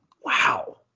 Wow